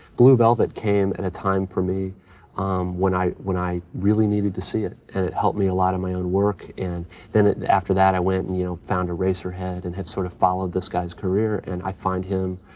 blue velvet came at a time for me when i when i really l needed to see it and it helped me a lot in my own work. and then it, after that, i went and, you know, found eraserhead and had sort of followed this guy's career and i find him,